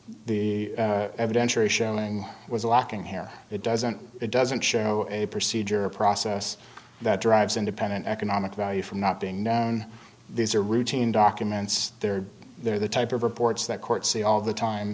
the evidentiary showing was lacking here it doesn't it doesn't show a procedure a process that derives independent economic value from not being known these are routine documents they're there the type of reports that court see all the time